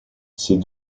c’est